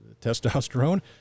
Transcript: testosterone